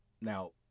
Now